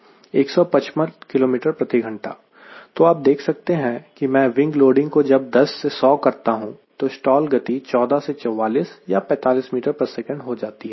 155 kmhr तो आप देख सकते हैं कि मैं विंग लोडिंग को जब 10 से 100 करता हूं तो स्टॉल गति 14 से 44 या 45 ms हो जाती है